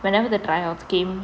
whenever the tryouts came